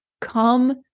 come